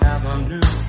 Avenue